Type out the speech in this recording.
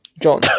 John